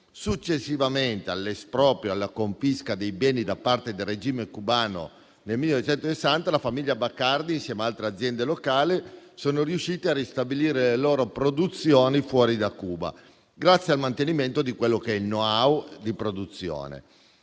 Successivamente all'esproprio e alla confisca dei beni da parte del regime cubano nel 1960, la famiglia Bacardi ed altre aziende locali sono riuscite a ristabilire le loro produzioni fuori da Cuba, grazie al mantenimento del *know-how* di produzione.